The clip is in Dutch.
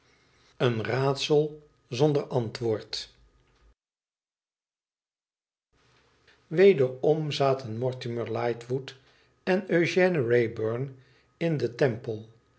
bbn raadsel zonder antwoord wederom zaten mortimer lightwood en eugène wraybom in den temple